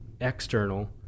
external